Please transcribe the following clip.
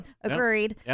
Agreed